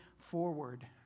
forward